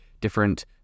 different